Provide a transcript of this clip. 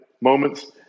moments